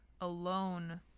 alone